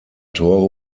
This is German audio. tore